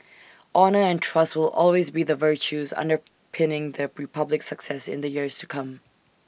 honour and trust will also be the virtues underpinning the republic's success in the years to come